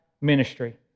ministry